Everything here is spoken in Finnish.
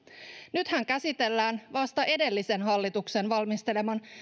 nythän käsitellään vasta edellisen hallituksen valmisteleman